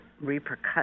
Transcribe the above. repercussions